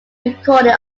recorded